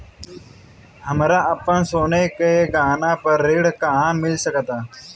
हमरा अपन सोने के गहना पर ऋण कहां मिल सकता?